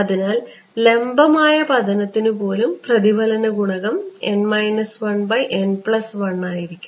അതിനാൽ ലംബമായ പതനത്തിനു പോലും പ്രതിഫലന ഗുണകം ആയിരിക്കും